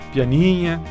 Pianinha